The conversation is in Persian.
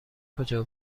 کجا